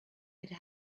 could